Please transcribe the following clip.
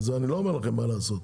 אני לא אומר לכם מה לעשות.